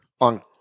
on